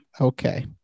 Okay